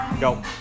Go